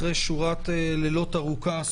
אחרי שורת לילות ארוכה,